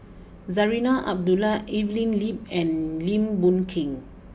Zarinah Abdullah Evelyn Lip and Lim Boon Keng